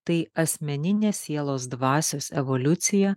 tai asmeninė sielos dvasios evoliucija